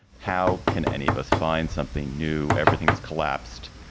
how can any of us find something new? everything has collapsed.